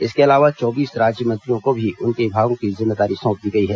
इसके अलावा चौबीस राज्य मंत्रियों को भी उनके विभागों की जिम्मेदारी सौंप दी गई है